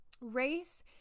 Race